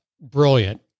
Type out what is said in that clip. brilliant